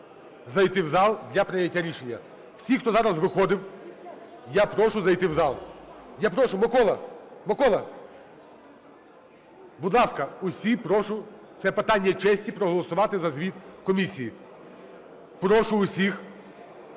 зайти в зал для прийняття рішення. Всіх, хто зараз виходив, я прошу зайти в зал. Я прошу, Миколо, Миколо! Будь ласка, усі, прошу, це питання честі – проголосувати за звіт комісії. Прошу всіх